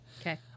Okay